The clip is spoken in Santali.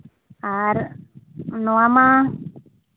ᱟᱨ ᱱᱚᱣᱟ ᱢᱟ